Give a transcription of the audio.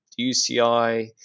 UCI